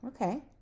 okay